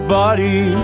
body